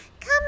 Come